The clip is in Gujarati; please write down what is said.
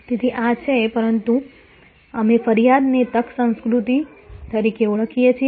તેથી આ છે પરંતુ અમે ફરિયાદને તક સંસ્કૃતિ તરીકે ઓળખીએ છીએ